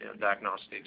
diagnostics